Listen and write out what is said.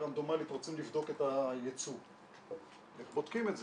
רנדומאלית רוצים לבדוק את הייצוא איך בודקים את זה,